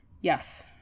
Yes